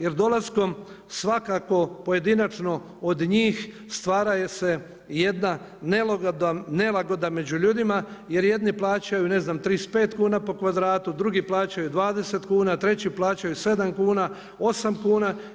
Jer dolaskom svakako pojedinačno od njih stvara se jedna nelagoda među ljudima jer jedni plaćaju ne znam 35 kuna po kvadratu, drugi plaćaju 20 kuna, treći plaćaju 7 kuna, 8 kuna.